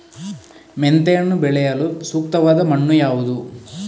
ಮೆಂತೆಯನ್ನು ಬೆಳೆಯಲು ಸೂಕ್ತವಾದ ಮಣ್ಣು ಯಾವುದು?